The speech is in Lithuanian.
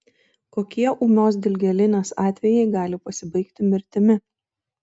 kokie ūmios dilgėlinės atvejai gali pasibaigti mirtimi